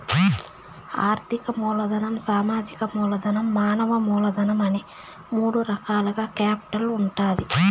ఆర్థిక మూలధనం, సామాజిక మూలధనం, మానవ మూలధనం అనే మూడు రకాలుగా కేపిటల్ ఉంటాది